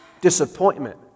disappointment